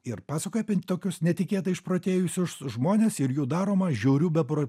ir pasakoja apie tokius netikėtai išprotėjusius žmones ir jų daroma žiaurių bepro